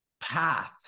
path